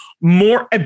more